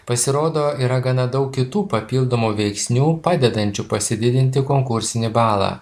pasirodo yra gana daug kitų papildomų veiksnių padedančių pasididinti konkursinį balą